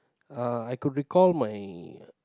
uh I could recall my